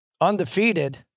undefeated